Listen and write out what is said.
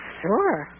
sure